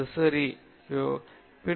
அது சரி என்று யோசி